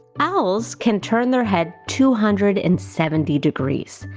owls can turn their head two hundred and seventy degrees.